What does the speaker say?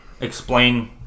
explain